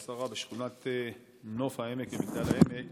כבוד השרה, בשכונת נוף העמק במגדל העמק